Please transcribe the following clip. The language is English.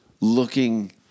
looking